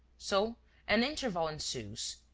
so an interval ensues.